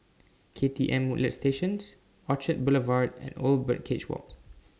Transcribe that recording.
K T M Woodlands Station Orchard Boulevard and Old Birdcage Walk